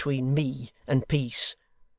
between me and peace.